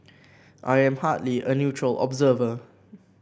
I am hardly a neutral observer